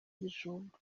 ibijumba